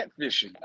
catfishing